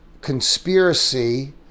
conspiracy